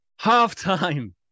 Halftime